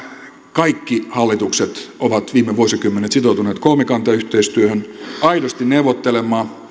kaikki hallitukset ovat viime vuosikymmenet sitoutuneet kolmikantayhteistyöhön aidosti neuvottelemaan